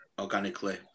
organically